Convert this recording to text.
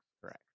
correct